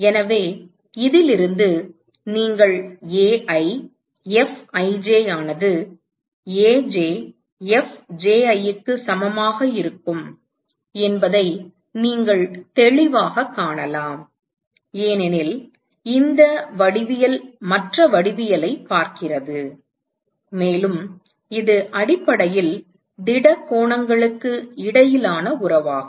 எனவே இதிலிருந்து நீங்கள் Ai Fij ஆனது Aj Fji க்கு சமமாக இருக்கும் என்பதை நீங்கள் தெளிவாகக் காணலாம் ஏனெனில் இந்த வடிவியல் மற்ற வடிவியலைப் பார்க்கிறது மேலும் இது அடிப்படையில் திட கோணங்களுக்கு இடையிலான உறவாகும்